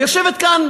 יושבת כאן